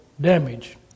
damage